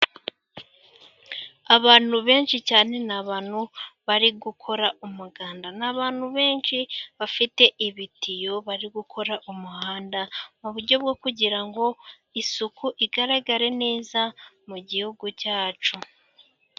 Abantu benshi cyane, ni abantu bari gukora umuganda. Ni abantu benshi bafite ibitiyo, bari gukora umuhanda, mu buryo bwo kugira ngo isuku igaragare neza, mu gihugu cyacu.